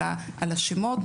אלא על השמות.